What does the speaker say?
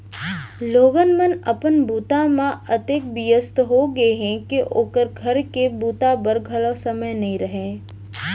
लोगन मन अपन बूता म अतेक बियस्त हो गय हें के ओला घर के बूता बर घलौ समे नइ रहय